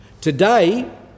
Today